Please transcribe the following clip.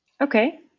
Okay